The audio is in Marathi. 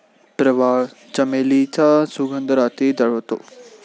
प्रवाळ, चमेलीचा सुगंध रात्री दरवळतो